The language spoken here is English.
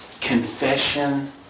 Confession